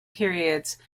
periods